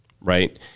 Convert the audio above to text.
right